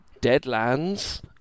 Deadlands